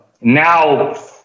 now